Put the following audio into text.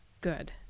good